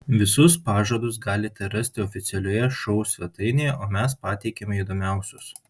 visus pažadus galite rasti oficialioje šou svetainėje o mes pateikiame įdomiausius